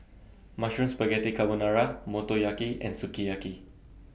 Mushroom Spaghetti Carbonara Motoyaki and Sukiyaki